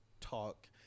talk